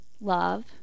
love